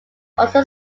also